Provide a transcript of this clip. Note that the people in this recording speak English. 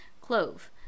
clove